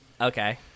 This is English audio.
Okay